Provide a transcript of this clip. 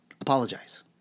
Apologize